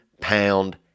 pound